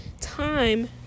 time